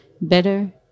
better